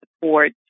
support